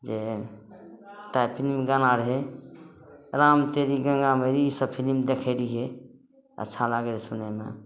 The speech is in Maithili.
जे एकटा फिलिममे गाना रहै राम तेरी गङ्गा मैली ई सब फिलिम देखै रहियै अच्छा लागै रहै सुनैमे